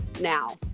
Now